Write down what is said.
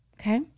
okay